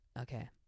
Okay